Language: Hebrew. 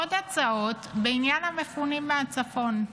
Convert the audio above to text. או הצעות בעניין המפונים מהצפון.